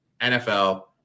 NFL